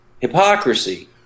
hypocrisy